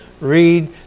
read